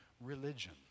religion